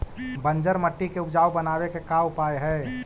बंजर मट्टी के उपजाऊ बनाबे के का उपाय है?